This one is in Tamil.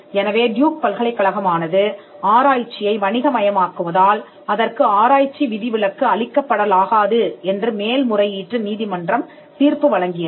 எனவே டியூக் பல்கலைக்கழகம் ஆனது ஆராய்ச்சியை வணிக மயமாக்குவதால் அதற்கு ஆராய்ச்சி விதிவிலக்கு அளிக்கப்படலாகாது என்று மேல்முறையீட்டு நீதிமன்றம் தீர்ப்பு வழங்கியது